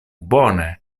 bone